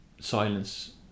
silence